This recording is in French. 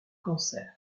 cancer